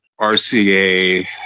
RCA